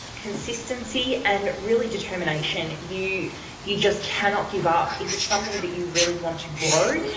consistency and really, determination. you you just cannot give up. if it's something that you really want to grow,